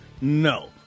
No